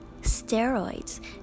steroids